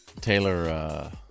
Taylor